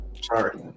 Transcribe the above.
Sorry